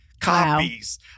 copies